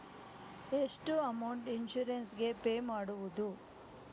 ಎಷ್ಟು amount insurance ಗೇ pay ಮಾಡುವುದು?